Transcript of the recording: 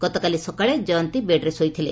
ଗତକାଲି ସକାଳେ କୟନ୍ତୀ ବେଡ୍ରେ ଶୋଇଥିଲେ